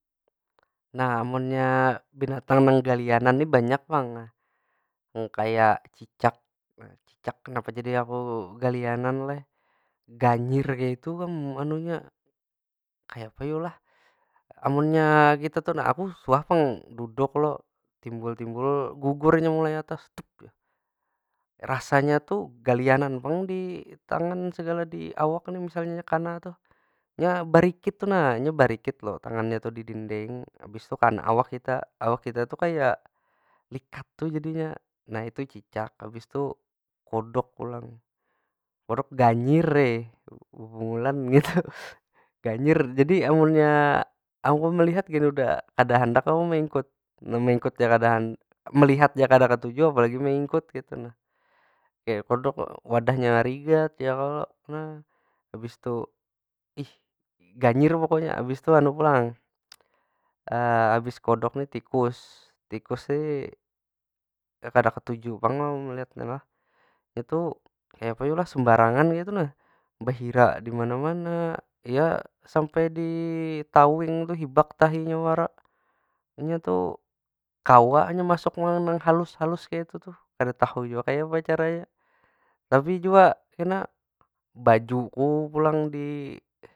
Nah munnya binatang nang galiaanan ni banyak pang nah. Nang kaya cicak. Cicak kenapa jadi aku galianan lah, ganyir kaytu kam. Kaya apa yo lah? Amunnya kita tu nah, aku suah pang duduk lo timbul- timbul gugur nya mulai atas. Rasanya tu galianan pang di tangan, segala di awak nih misalnya nya kana tuh. Nya barikut tu nah, nya barikit lo tangannya tu di dinding. Habis tu karena awak kita, awak kita tu likat tu jadinya. Nah itu cicak. Habis tu kodok pulang, kodok ganyir bebungulan kitu. Ganyir, jadi amunnya aku melihat gin udah kada handak aku meingkut. nang meingkut ja kada melihat ja kada ketuju apalagi meningkut kaytu nah. Iya ai kodok lo, wadahnya rigat ya kalo? Nah, abis tu ganyir pokoknya. Abis tu anu pulang, habis kodok ni tikus. Tikus ni, ya kada ketuju pang melihat nya tu lah. Itu kaya apa yu lah? Sembarangan kaytu nah. Bahira dimana- mana. Ya sampai di tu hibak tahinya wara. Inya tu kawa nya masuk nang halus- halus kaytu tu. Kada tahu jua kaya apa caranya? Tapi jua kena, bajuku pulang di.